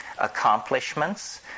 accomplishments